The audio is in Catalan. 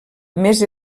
més